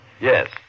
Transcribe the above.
Yes